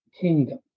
kingdom